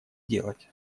сделать